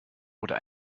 oder